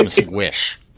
Wish